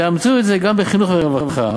תאמצו את זה גם בחינוך וברווחה.